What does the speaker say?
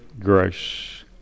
grace